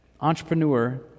entrepreneur